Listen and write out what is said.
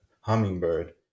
hummingbird